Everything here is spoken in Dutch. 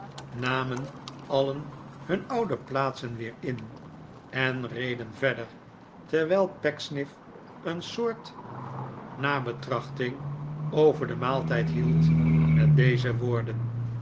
namen alien hun oude plaatsen weer in en reden verder terwijl pecksniff een soort nabetrachting over den maaltijd hield met deze woorden